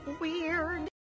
weird